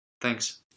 Thanks